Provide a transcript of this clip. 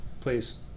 Please